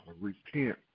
repent